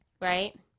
right